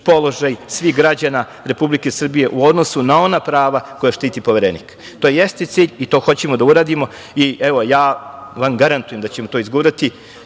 položaj svih građana Republike Srbije u odnosu na ona prava koja štiti Poverenik. To jeste cilj i to hoćemo da uradimo. Evo, ja vam garantujem da ćemo to izgurati